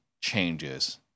changes